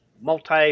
multi